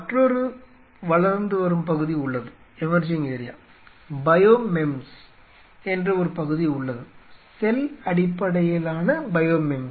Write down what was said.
மற்றொரு வளர்ந்து வரும் பகுதி உள்ளது பயோ மெம்ஸ் என்ற ஒரு பகுதி உள்ளது செல் அடிப்படையிலான பயோ மெம்ஸ்